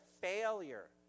failure